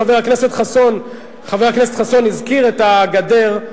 חבר הכנסת חסון הזכיר את הגדר,